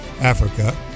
Africa